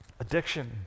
addiction